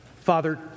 Father